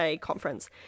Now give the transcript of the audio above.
conference